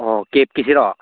ꯑꯣ ꯀꯦꯕꯀꯤꯁꯤꯔꯣ